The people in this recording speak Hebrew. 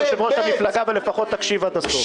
יושב-ראש המפלגה ולפחות תקשיב עד הסוף.